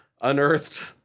unearthed